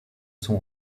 son